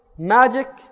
Magic